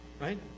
Right